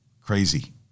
Crazy